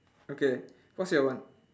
okay what's your one